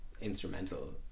instrumental